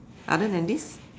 other than this